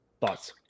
Thoughts